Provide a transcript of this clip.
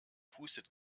pustet